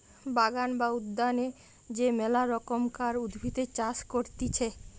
বাগান বা উদ্যানে যে মেলা রকমকার উদ্ভিদের চাষ করতিছে